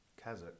Kazakh